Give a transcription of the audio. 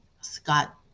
Scott